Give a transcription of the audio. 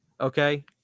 okay